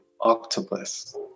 octopus